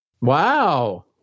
Wow